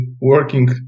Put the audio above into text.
working